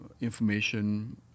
information